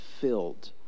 filled